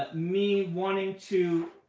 but me wanting to